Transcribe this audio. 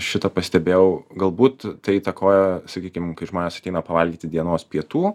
šitą pastebėjau galbūt tai įtakoja sakykim kai žmonės ateina pavalgyti dienos pietų